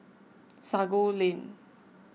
Sago Lane